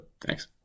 thanks